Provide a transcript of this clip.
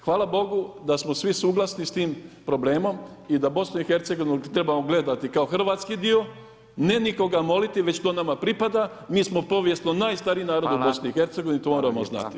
Hvala Bogu da smo svi suglasni s tim problemom i da BiH trebamo gledati kao hrvatski dio, ne nikoga moliti već to nama pripada, mi smo povijesno najstariji narod u BiH to moramo znati.